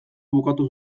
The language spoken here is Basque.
bukatu